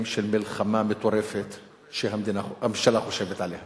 של מלחמה מטורפת שהממשלה חושבת עליה.